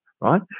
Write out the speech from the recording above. Right